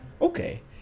okay